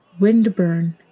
windburn